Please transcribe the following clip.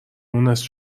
مونس